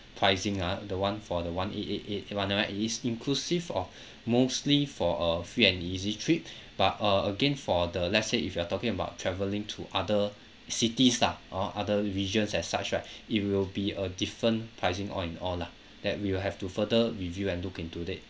pricing ah the one for the one eight eight eight one right it is inclusive of mostly for a free and easy trip but uh again for the let's say if you are talking about travelling to other cities lah or other regions as such ah it will be a different pricing all in all lah that we will have to further review and look into it